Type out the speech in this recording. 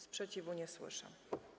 Sprzeciwu nie słyszę.